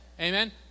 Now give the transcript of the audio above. Amen